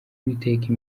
uwiteka